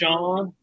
Sean